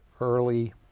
early